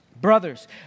Brothers